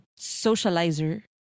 socializer